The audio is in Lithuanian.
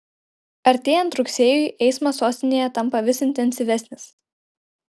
artėjant rugsėjui eismas sostinėje tampa vis intensyvesnis